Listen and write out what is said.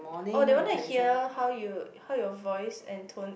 oh that one I hear how you how your voice and tone